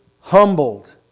humbled